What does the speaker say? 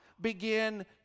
begin